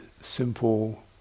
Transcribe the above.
simple